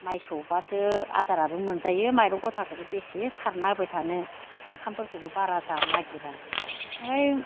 माइ सौब्लासो आदाराबो मोनजायो माइरं गथाखोबो बेसे सारना होबाय थानो ओंखामफोरखोबो बारा जानो नागिरा ओमफ्राय